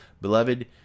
beloved